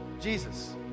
Jesus